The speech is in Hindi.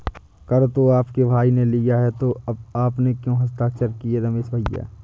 कर तो आपके भाई ने लिया है तो आपने क्यों हस्ताक्षर किए रमेश भैया?